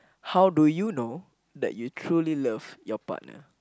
how do you know that you truly love your partner